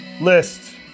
list